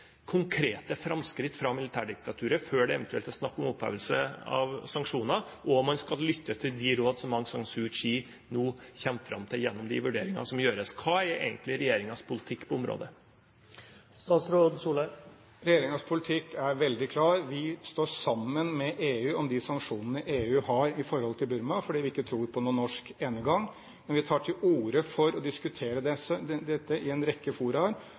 konkrete framskritt fra militærdiktaturet før det eventuelt er snakk om opphevelse av sanksjoner, og man skal lytte til de råd som Aung San Suu Kyi nå kommer fram til gjennom de vurderinger som gjøres. Hva er egentlig regjeringens politikk på området? Regjeringens politikk er veldig klar: Vi står sammen med EU om de sanksjonene EU har i forhold til Burma fordi vi ikke tror på noen norsk enegang, men vi tar til orde for å diskutere dette i en rekke fora.